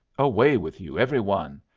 away with you, every one.